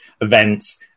events